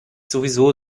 sowieso